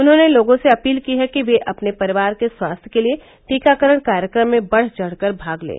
उन्होंने लोगों से अपील की है कि वे अपने परिवार के स्वास्थ्य के लिये टीकाकरण कार्यक्रम में बढ़ चढ़कर भाग लें